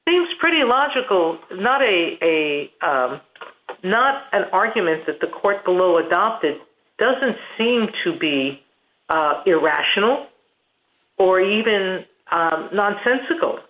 seems pretty logical not a not an argument that the court below adopted doesn't seem to be irrational or even nonsensical